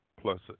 plus